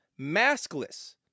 maskless